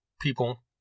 people